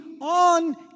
on